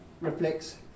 reflects